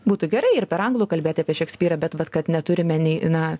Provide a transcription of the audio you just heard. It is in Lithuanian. būtų gerai ir per anglų kalbėti apie šekspyrą bet vat kad neturime nei na